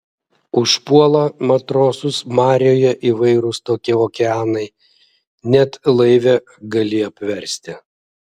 užpuola matrosus marioje įvairūs tokie okeanai net laivę gali apversti